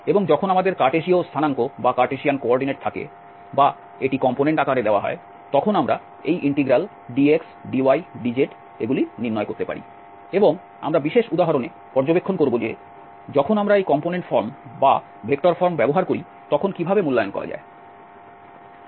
এবং যখন আমাদের কার্টেসীয় স্থানাঙ্ক থাকে বা এটি কম্পোনেন্ট আকারে দেওয়া হয় তখন আমরা এই ইন্টিগ্রাল dx dy dz নির্ণয় করতে পারি এবং আমরা বিশেষ উদাহরণে পর্যবেক্ষণ করব যে যখন আমরা এই কম্পোনেন্ট ফর্ম বা ভেক্টর ফর্ম ব্যবহার করি তখন কিভাবে মূল্যায়ন করা যায়